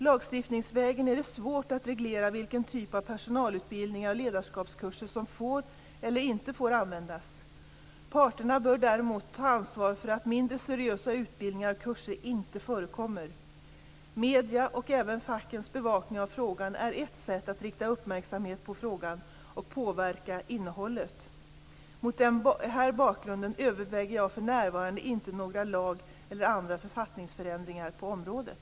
Lagstiftningsvägen är det svårt att reglera vilken typ av personalutbildningar och ledarskapskurser som får eller inte får användas. Parterna bör däremot ta ansvar för att mindre seriösa utbildningar och kurser inte förekommer. Mediernas, och även fackens, bevakning av frågan är ett sätt att rikta uppmärksamhet på frågan och påverka innehållet. Mot den här bakgrunden överväger jag för närvarande inte några lag eller andra författningsförändringar på området.